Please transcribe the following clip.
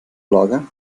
lager